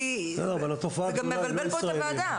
כי זה גם מבלבל פה את הוועדה.